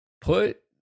put